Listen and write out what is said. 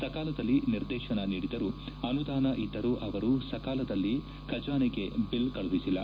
ಸಕಾಲದಲ್ಲಿ ನಿರ್ದೇತನ ನೀಡಿದರೂ ಅನುದಾನ ಇದ್ದರೂ ಅವರು ಸಕಾಲದಲ್ಲಿ ಖಜಾನೆಗೆ ಬಿಲ್ ಕಳುಹಿಸಿಲ್ಲ